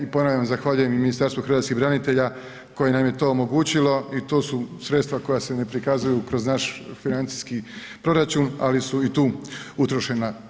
I ponavljam zahvaljujem i Ministarstvu hrvatskih branitelja koje nam je to omogućilo i to su sredstva koja se ne prikazuju kroz naš financijski proračun ali su i tu utrošena.